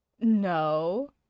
No